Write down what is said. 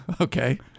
Okay